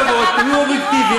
כל הקצוות יהיו אובייקטיביים,